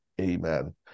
Amen